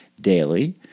daily